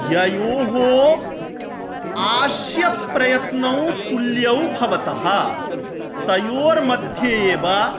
ययोः आस्यप्रयत्नौ तुल्यौ भवतः तयोर्मध्ये एव